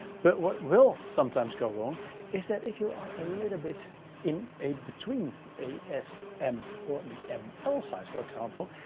but what will sometimes go wrong is that if you are a little bit in a between a s m or the m l size, for example,